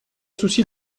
souci